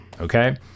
Okay